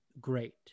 great